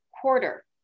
quarter